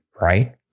right